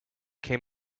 came